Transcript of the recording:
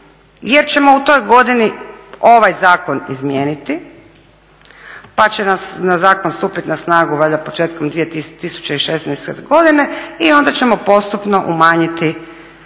jer ćemo u toj godini ovaj zakon izmijeniti pa će zakon stupiti na snagu valjda početkom 2016.godine i onda ćemo postupno umanjiti za one